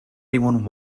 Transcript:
anyone